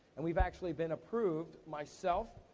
and we've actually been approved, myself,